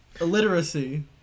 illiteracy